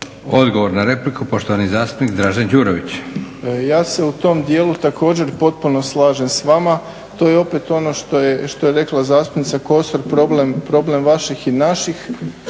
Odgovor na repliku, poštovani zastupnik Dražen Đurović. **Đurović, Dražen (HDSSB)** Ja se u tom dijelu također potpuno slažem sa vama. To je opet ono što je rekla zastupnica Kosor problem vaših i naših.